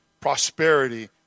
prosperity